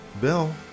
Bill